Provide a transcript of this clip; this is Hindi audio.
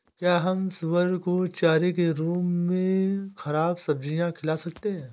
क्या हम सुअर को चारे के रूप में ख़राब सब्जियां खिला सकते हैं?